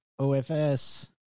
OFS